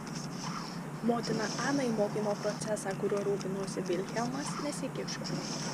motina ana į mokymo procesą kuriuo rūpinosi vilhelmas nesikišo